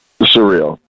surreal